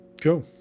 cool